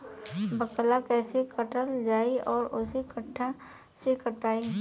बाकला कईसे काटल जाई औरो कट्ठा से कटाई?